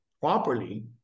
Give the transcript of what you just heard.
properly